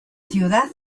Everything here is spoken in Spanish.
ciudad